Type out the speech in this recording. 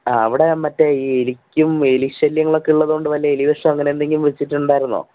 ആ അവിടെ മറ്റേ എലിക്കും എലി ശല്യങ്ങളൊക്കെയുള്ളതുകൊണ്ടു വല്ല എലിവിഷമോ അങ്ങനെയെന്തെങ്കിലും വച്ചിട്ടുണ്ടായിരുന്നോ